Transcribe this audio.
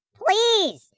please